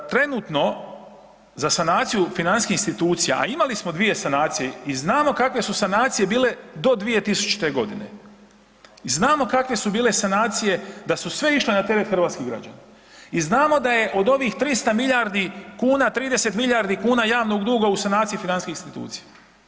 Trenutno za sanaciju financijskih institucija, a imali smo dvije sanacije i znamo kakve su sanacije bile do 2000. godine, znamo kakve su bile sanacije da su sve išle na teret hrvatskih građana i znamo da je od ovih 300 milijardi kuna 30 milijardi kuna javnog duga u sanaciji financijskih institucija.